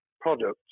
products